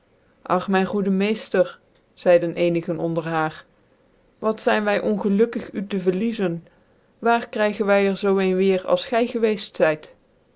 ach mijn goede mcefler reide cenigc onder hur wat zyn wy ongelukkig u te verliezen waar krygen wy cr zoo een weer als gy gewceft zyt